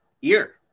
year